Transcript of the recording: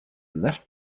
left